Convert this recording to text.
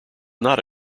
not